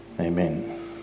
Amen